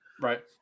right